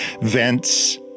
vents